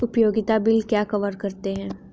उपयोगिता बिल क्या कवर करते हैं?